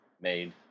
made